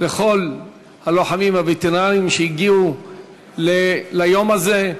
לכל הלוחמים הווטרנים שהגיעו ליום הזה.